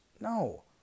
No